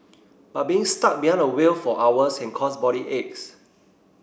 but being stuck behind the wheel for hours can cause body aches